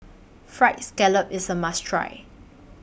Fried Scallop IS A must Try